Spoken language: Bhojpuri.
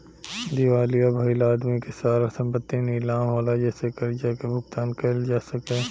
दिवालिया भईल आदमी के सारा संपत्ति नीलाम होला जेसे कर्जा के भुगतान कईल जा सके